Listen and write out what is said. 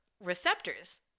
receptors